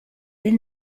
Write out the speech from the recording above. del